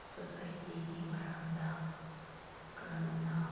ꯁꯣꯁꯥꯏꯇꯤꯒꯤ ꯃꯔꯝꯗ ꯀꯔꯝ ꯍꯥꯏꯅ